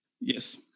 yes